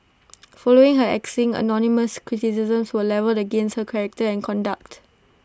following her axing anonymous criticisms were levelled against her character and conduct